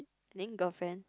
I think girlfriend